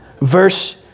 Verse